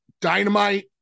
Dynamite